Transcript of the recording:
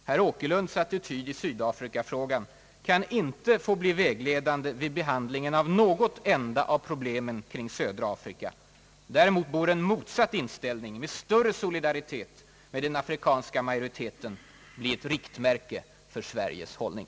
Herr Åkerlunds attityd i Sydafrikafrågan kan inte få bli vägledande vid behandlingen av något enda av problemen kring södra Afrika. Däremot bör en motsatt inställning med större solidaritet med den afrikanska majoriteten bli ett riktmärke för Sveriges hållning.